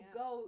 go